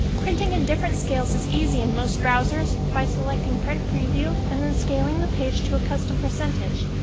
printing in different scales is easy in most browsers by selecting print preview and then scaling the page to a custom percentage.